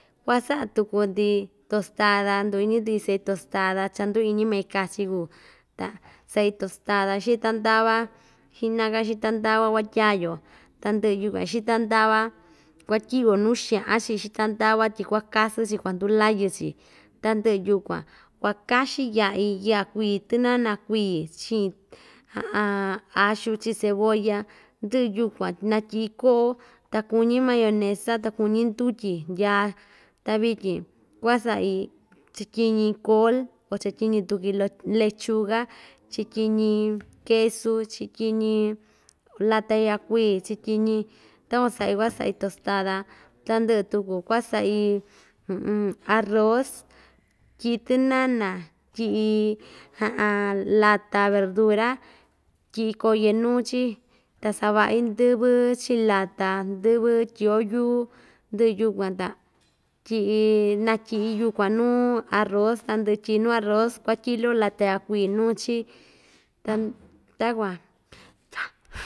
Kuaꞌa saꞌa tuku‑ndi tostada nduu iñi tuki saꞌi tostada cha nduu iñi main kachi kuu ta saꞌi tostada xita ndava xiꞌna‑ka xita ndava kuatya‑yo ta ndɨꞌɨ yukuan xita ndava kuatyiꞌi‑yo nuu xaꞌan chiꞌin xita ndava tyi kuakasɨn chi kuandulayɨ‑chi tandɨꞌɨ yukuan kua kaxɨn yaꞌi yaꞌa kui tɨnana kui chiꞌin axu chiꞌin cebolla ndɨꞌɨ yukuan natyiꞌi koꞌo ta kuñi mayonesa ta kuñi ndutyi ndyaa ta vityin kuasaꞌi chityiñi kol o chatyiñi tuki loc lechuga chityiñi kesu chityiñi lata yakui chityiñi takuan saꞌi kuaꞌa saꞌi tostada tandɨꞌɨ tuku kuaꞌa saꞌi arroz tyiꞌi tɨnana tyiꞌi lata verdura tyiꞌi koye nuu‑chi ta savaꞌi ndɨvɨ chiꞌin lata ndɨvɨ tyiꞌyo yuu ndɨꞌɨ yukuan ta tyiꞌi natyi'i yukuan nuu arroz nandɨꞌɨ tyiꞌi nuu arroz kuatyiꞌi loꞌo lata yaꞌa kui nuu‑chi tan takuan.